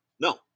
no